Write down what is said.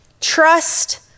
Trust